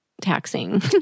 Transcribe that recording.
taxing